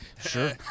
sure